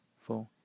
four